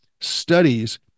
studies